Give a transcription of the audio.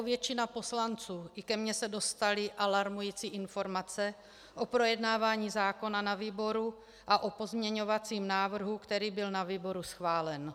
Jako k většině poslanců, i ke mně se dostaly alarmující informace o projednávání zákona ve výboru a o pozměňovacím návrhu, který byl ve výboru schválen.